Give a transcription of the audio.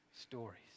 stories